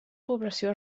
població